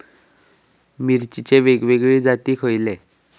मिरचीचे वेगवेगळे जाती खयले?